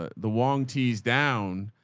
ah the wong tease down.